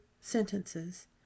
sentences